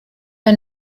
are